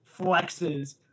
flexes